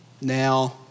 now